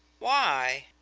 why?